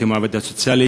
את יום העובד הסוציאלי.